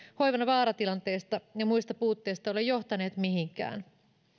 hoivan vaaratilanteista ja muista puutteista ole johtaneet mihinkään